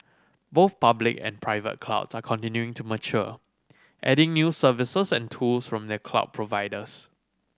both public and private clouds are continuing to mature adding new services and tools from their cloud providers